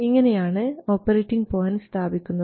ഇങ്ങനെയാണ് operating point സ്ഥാപിക്കുന്നത്